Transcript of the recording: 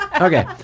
Okay